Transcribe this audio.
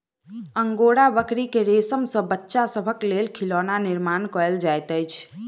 angora बकरी के रेशम सॅ बच्चा सभक लेल खिलौना निर्माण कयल जाइत अछि